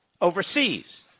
overseas